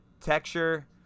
texture